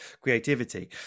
creativity